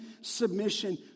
submission